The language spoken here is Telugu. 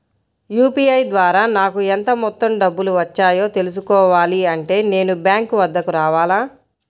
యూ.పీ.ఐ ద్వారా నాకు ఎంత మొత్తం డబ్బులు వచ్చాయో తెలుసుకోవాలి అంటే నేను బ్యాంక్ వద్దకు రావాలా?